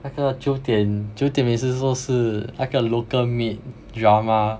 那个九点九点也是说是那个 local-made drama